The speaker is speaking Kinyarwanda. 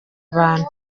abantu